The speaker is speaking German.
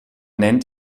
nennt